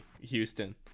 Houston